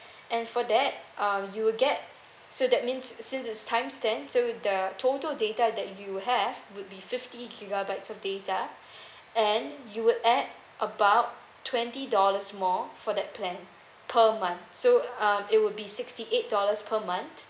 and for that uh you will get so that means since it's times ten so the total data that you have would be fifty gigabytes of data and you would add about twenty dollars more for that plan per month so uh it will be sixty eight dollars per month